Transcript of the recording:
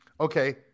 okay